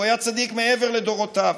הוא היה צדיק מעבר לדורותיו.